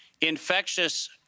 infectious